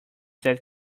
that